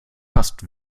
fast